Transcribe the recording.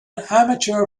amateur